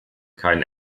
keinen